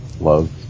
love